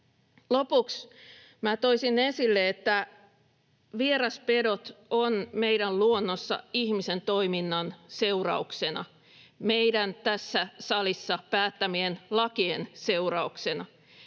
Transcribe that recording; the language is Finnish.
Lopuksi toisin esille, että vieraspedot ovat meidän luonnossa ihmisen toiminnan seurauksena, meidän tässä salissa päättämien lakien seurauksena.